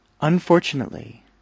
Unfortunately